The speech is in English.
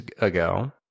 ago